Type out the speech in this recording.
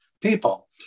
people